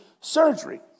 surgery